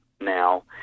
now